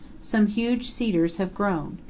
some huge cedars have grown.